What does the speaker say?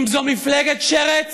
אם זו מפלגת "שרץ",